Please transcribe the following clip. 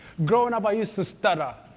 growing up i used to stutter.